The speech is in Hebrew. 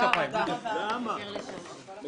הישיבה ננעלה בשעה 14:32.